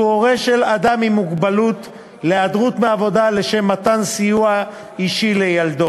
הורה של אדם עם מוגבלות להיעדרות מהעבודה לשם מתן סיוע אישי לילדו.